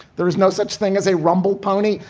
there is no such thing as a rumble pony.